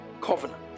covenant